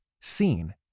seen